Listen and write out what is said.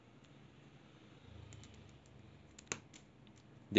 they didn't even reply you ah